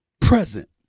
present